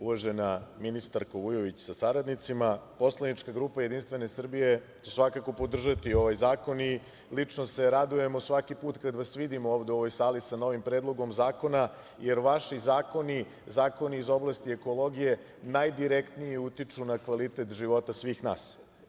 Uvažena ministarko Vujović sa saradnicima, Poslanička grupa JS će svakako podržati ovaj zakon i lično se radujem svaki put kada vas vidim u ovoj sali sa novim Predlogom zakona jer vaši zakoni, zakoni iz oblasti ekologije najdirektnije utiču na kvalitet života svih nas.